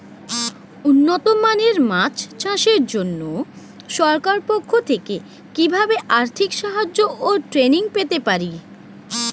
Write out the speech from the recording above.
উন্নত মানের মাছ চাষের জন্য সরকার পক্ষ থেকে কিভাবে আর্থিক সাহায্য ও ট্রেনিং পেতে পারি?